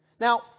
Now